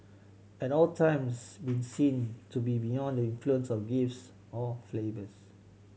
at all times be seen to be beyond the influence of gifts or favours